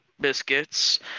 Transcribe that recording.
biscuits